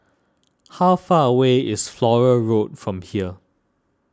how far away is Flora Road from here